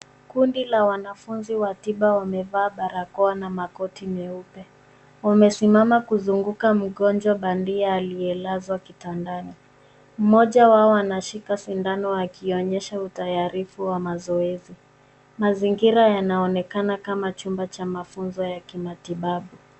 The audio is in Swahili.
Kundi la wanafunzi wa tiba wamevaa barakoa na makoti meupe. Wamesimama kuzunguka mgonjwa wa bandia aliyelazwa kitandaniMmoja wao anashika sindano akionyesha utaarifu wa mazoezi. Mazingira yanaonekana kama chumba cha mafunzo ya kimatibabu.